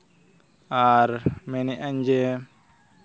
ᱟᱨ ᱢᱮᱱᱮᱫ ᱟᱹᱧ ᱡᱮ